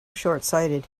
shortsighted